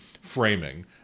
framing